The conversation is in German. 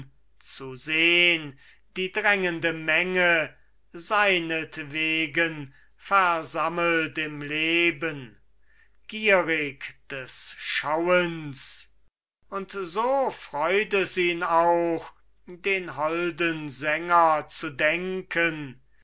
zu sehn die drängende menge seinetwegen versammelt im leben gierig des schauens und so freut es ihn auch den holden sänger zu denken